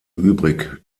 übrig